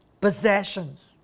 possessions